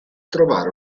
trovare